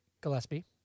Gillespie